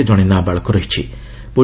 ସେମାନଙ୍କ ମଧ୍ୟରେ ଜଣେ ନାବାଳକ ରହିଛି